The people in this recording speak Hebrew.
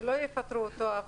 שלא יפטרו אותו.